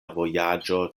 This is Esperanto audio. vojaĝo